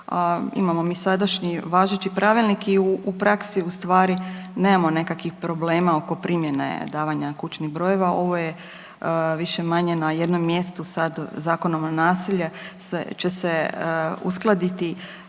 imamo mi sadašnji važeći pravilnik i u praksi u stvari nemamo nekakvih problema oko primjene davanja kućnih brojeva. Ovo je više-manje na jednom mjestu sad Zakonom o naselju će se uskladiti